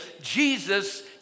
Jesus